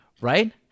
Right